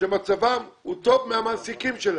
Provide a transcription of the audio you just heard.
שמצבם הוא טוב מהמעסיקים שלהם.